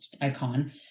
icon